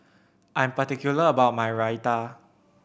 I'm particular about my Raita